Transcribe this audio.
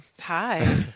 Hi